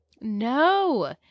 No